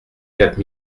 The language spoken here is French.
quatre